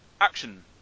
Action